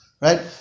Right